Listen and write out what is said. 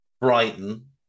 Brighton